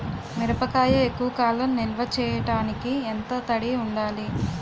మిరపకాయ ఎక్కువ కాలం నిల్వ చేయటానికి ఎంత తడి ఉండాలి?